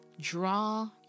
draw